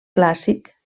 clàssic